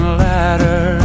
ladder